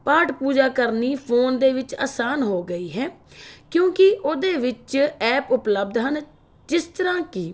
ਪਾਠ ਪੂਜਾ ਕਰਨੀ ਫੋਨ ਦੇ ਵਿੱਚ ਆਸਾਨ ਹੋ ਗਈ ਹੈ ਕਿਉਂਕਿ ਓਹਦੇ ਵਿੱਚ ਐਪ ਉਪਲਬਧ ਹਨ ਜਿਸ ਤਰ੍ਹਾਂ ਕਿ